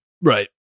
Right